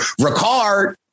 Ricard